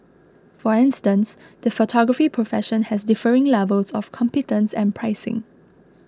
for instance the photography profession has differing levels of competence and pricing